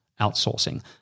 outsourcing